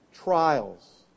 Trials